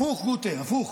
הפוך, גוטה, הפוך.